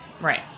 right